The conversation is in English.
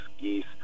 geese